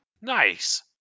Nice